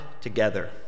together